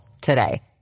today